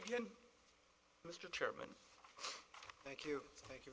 again mr chairman thank you thank you